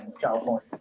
california